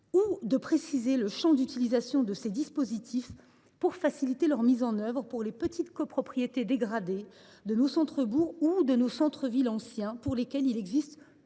ou de préciser le champ d’utilisation de ces dispositifs afin de faciliter leur mise en œuvre pour les petites copropriétés dégradées de nos centres bourgs ou de nos centres villes anciens, pour lesquelles il existe